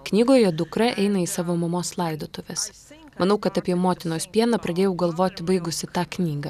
knygoje dukra eina į savo mamos laidotuves manau kad apie motinos pieną pradėjau galvoti baigusi tą knygą